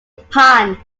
pan